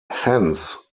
hence